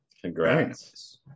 Congrats